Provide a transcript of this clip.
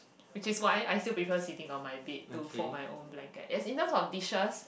which is why I still prefer sitting on my bed to fold my own blanket yes in terms of dishes